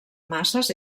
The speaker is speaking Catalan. masses